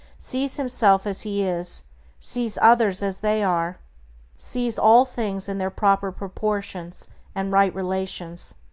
sees himself as he is sees others as they are sees all things in their proper proportions and right relations.